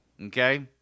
okay